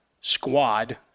squad